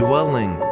Dwelling